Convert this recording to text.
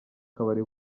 kabari